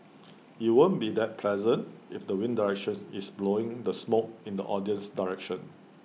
IT won't be that pleasant if the wind direction is blowing the smoke in the audience's direction